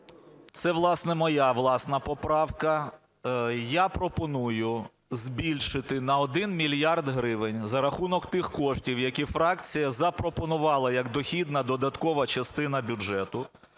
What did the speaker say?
Це, власне, моя власна поправка. Я пропоную збільшити на 1 мільярд гривень за рахунок тих коштів, які фракція запропонувала як дохідна додаткова частина бюджету,